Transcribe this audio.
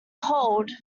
cold